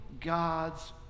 God's